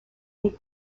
est